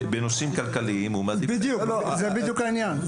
בנושאים כלכליים --- זה בדיוק העניין,